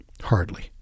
Hardly